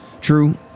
True